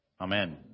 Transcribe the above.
Amen